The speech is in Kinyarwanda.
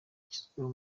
yashyizweho